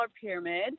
pyramid